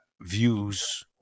views